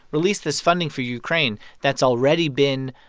release this funding for ukraine that's already been,